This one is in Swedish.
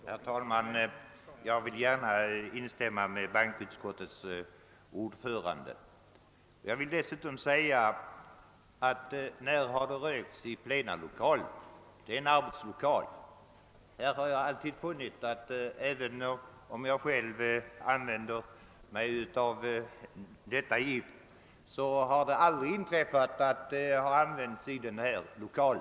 Herr talman! Jag vill gärna instämma med bankoutskottets ordförande och dessutom fråga: När har det rökts i plenisalen? Det är en arbetslokal. Jag använder visserligen själv det gift som det här talas om, men det har aldrig inträffat att det använts i denna lokal.